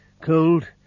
cold